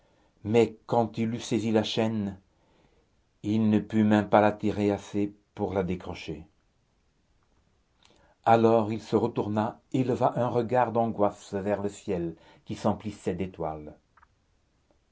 mais quand il eut saisi la chaîne il ne put même pas la tirer assez pour la décrocher alors il se retourna et leva un regard d'angoisse vers le ciel qui s'emplissait d'étoiles